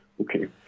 Okay